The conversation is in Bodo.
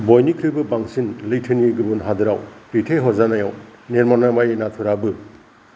बयनिख्रुइबो बांसिन लैथोनि गुबुन हादोराव दैथायहरजानायाव निर्वन्नामेई नाथुराबो